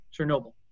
Chernobyl